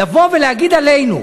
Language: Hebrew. לבוא ולהגיד עלינו,